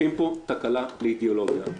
הופכים פה תקלה לאידיאולוגיה.